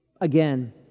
Again